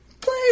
play